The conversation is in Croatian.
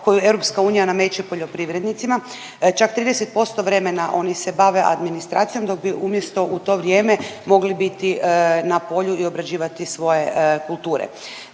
koja, koju EU nameće poljoprivrednicima čak 30% vremena oni se bave administracijom dok bi umjesto u to vrijeme mogli biti na polju i obrađivati svoje kulture.